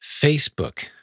Facebook